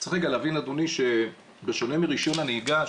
צריך רגע להבין אדוני שבשונה מרישיון הנהיגה,